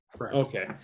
Okay